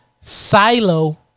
Silo